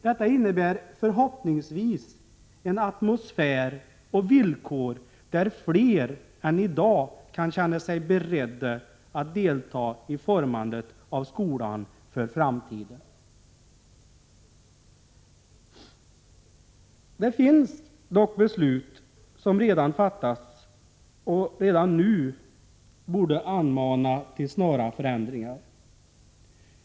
Detta innebär förhoppningsvis att det skapas villkor och en atmosfär där fler än i dag kan känna sig beredda att delta i formandet av skolan för framtiden. Det finns dock beslut som har fattats och som redan nu borde mana till snara förändringar.